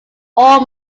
all